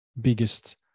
biggest